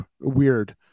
weird